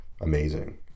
amazing